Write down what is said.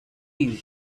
you